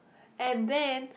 and then